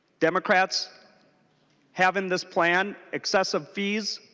democrats have in this plan excessive fees